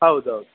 ಹೌದೌದು